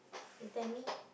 you tell me